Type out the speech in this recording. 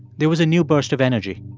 there was a new burst of energy.